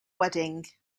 wedding